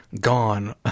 Gone